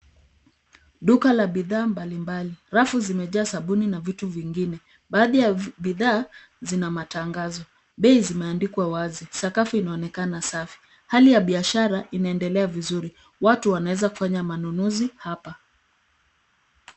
Duka la bidhaa mbalimbali, rafu zimejaa sabuni na vitu vingine. Baadhi ya bidhaa zina matangazo. Bei zimeandikwa wazi. Sakafu inaonekana safi. Hali ya biashara inaendelea vizuri. Watu wanaweza kufanya manunuzi hapa.